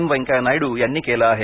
व्यंकयया नायडू यांनी केलं आहे